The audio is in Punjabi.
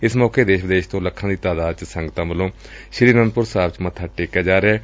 ਇਸ ਮੌਕੇ ਦੇਸ ਵਿਦੇਸ਼ ਤੋ ਲੱਖਾਂ ਦੀ ਤਾਦਾਦ ਚ ਸੰਗਤਾਂ ਵਲੋਂ ਸ੍ਰੀ ਆਨੰਦਪੁਰ ਸਾਹਿਬ ਚ ਮੱਥਾ ਟੇਕ ਰਹੀਆਂ ਨੇ